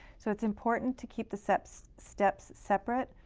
so it's important to keep the steps steps separate.